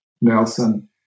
Nelson